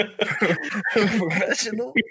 Professional